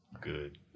good